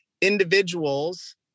Individuals